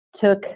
took